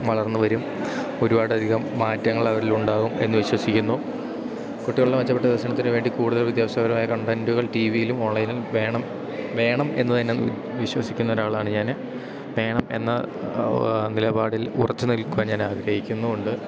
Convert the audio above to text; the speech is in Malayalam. വളർന്നു വരും ഒരുപാടധികം മാറ്റങ്ങളവരിലുണ്ടാകും എന്നു വിശ്വസിക്കുന്നു കുട്ടികളുടെ മെച്ചപ്പെട്ട വികസനത്തിനു വേണ്ടി കൂടുതൽ വിദ്യാഭ്യാസപരമായ കണ്ടൻറ്റുകൾ ടീ വിയിലും ഓൺലൈനിലും വേണം വേണം എന്നു തന്നെ വിശ്വസിക്കുന്നൊരാളാണ് ഞാൻ വേണം എന്ന നിലപാടിൽ ഉറച്ചു നിൽക്കുവാൻ ഞാനാഗ്രഹിക്കുന്നുമുണ്ട്